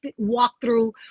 walkthrough